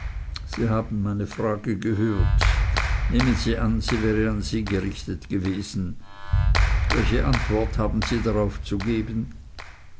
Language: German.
sie haben meine frage gehört nehmen sie an sie wäre an sie gerichtet gewesen welche antwort haben sie darauf zu geben